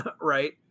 right